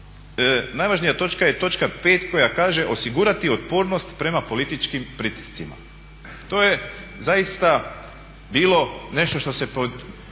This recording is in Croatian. najvažnija točka je točka 5. koja kaže osigurati otpornost prema političkim pritiscima. To je zaista bilo nešto što se